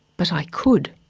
but i could.